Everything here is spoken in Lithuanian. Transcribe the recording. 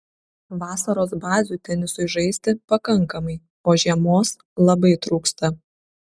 vasaros bazių tenisui žaisti pakankamai o žiemos labai trūksta